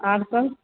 आर सब